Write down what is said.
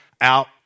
out